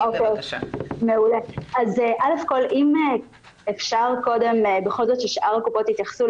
אם אפשר קודם בכל זאת ששאר הקופות יתייחסו.